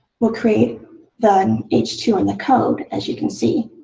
will create then h two in the code, as you can see.